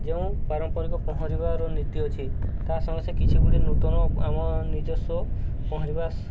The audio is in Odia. ଯେଉଁ ପାରମ୍ପରିକ ପହଁରିବାର ନୀତି ଅଛି ତା ସଙ୍ଗସେ କିଛି ଗୁଡ଼ିଏ ନୂତନ ଆମ ନିଜସ୍ୱ ପହଁରିବା